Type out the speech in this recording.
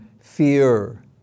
fear